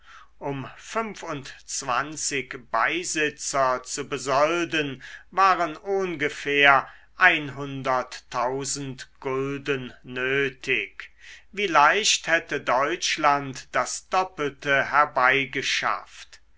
um fünfundzwanzig beisitzer zu besolden waren ohngefähr einhunderttausend gulden nötig wie leicht hätte deutschland das doppelte herbeigeschafft